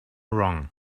wrong